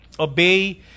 Obey